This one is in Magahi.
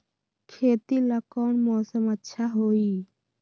खेती ला कौन मौसम अच्छा होई?